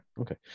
Okay